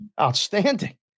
outstanding